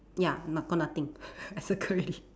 ya no~ got nothing I circle already